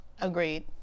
Agreed